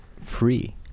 free